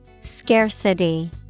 Scarcity